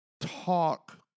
talk